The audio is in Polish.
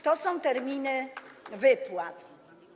To są terminy wypłat.